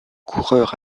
coureur